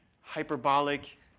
hyperbolic